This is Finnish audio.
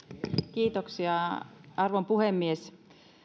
kiitoksia arvon puhemies